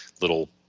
little –